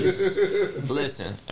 listen